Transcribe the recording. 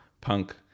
punk